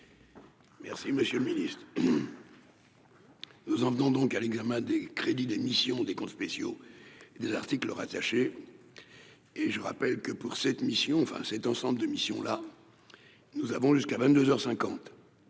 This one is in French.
Merci, monsieur le Ministre. Nous en venons donc à l'examen des crédits des missions des comptes spéciaux des articles rattachés et je rappelle que pour cette mission, enfin, cet ensemble de mission là nous avons jusqu'à 22